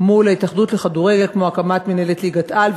מול ההתאחדות לכדורגל, כמו הקמת מינהלת ליגת-על.